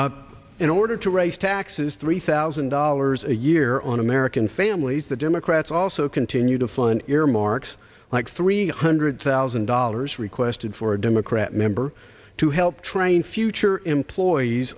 chair in order to raise taxes three thousand dollars a year on american families the democrats also continue to fund earmarks like three hundred thousand dollars requested for a democrat member to help train future employees